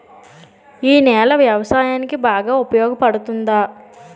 ఈ నేల వ్యవసాయానికి బాగా ఉపయోగపడుతుందా?